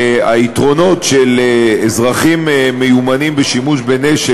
שיש יתרונות לאזרחים מיומנים בשימוש בנשק